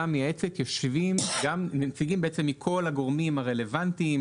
המייעצת יושבים נציגים מכל הגורמים הרלוונטיים,